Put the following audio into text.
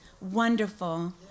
wonderful